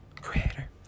Creator